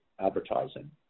advertising